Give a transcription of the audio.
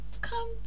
come